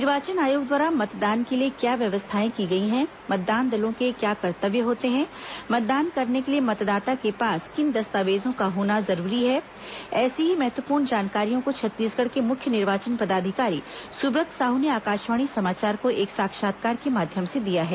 निर्वाचन आयोग द्वारा मतदान के लिए क्या व्यवस्थाएं की गई हैं मतदान दलों के क्या कर्तव्य होते हैं मतदान करने के लिए मतदाता के पास किन दस्तावेजों का होना जरूरी है ऐसी ही महत्वपूर्ण जानकारियों को छत्तीसगढ़ के मुख्य निर्वाचन पदाधिकारी सुब्रत साहू ने आकाशवाणी समाचार को एक साक्षात्कार के माध्यम से दिया है